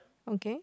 okay